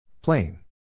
Plain